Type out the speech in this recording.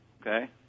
Okay